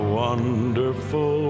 wonderful